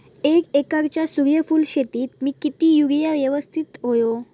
एक एकरच्या सूर्यफुल शेतीत मी किती युरिया यवस्तित व्हयो?